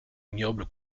ignoble